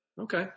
Okay